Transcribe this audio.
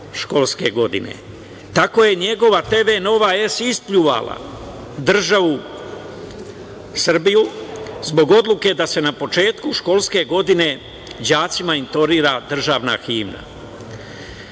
školske godine. Tako je njegova TV „Nova S“ ispljuvala državu Srbiju zbog odluke da se na početku školske godine đacima intonira državna himna. Da